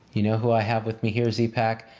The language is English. you know who i have with me here z-pac,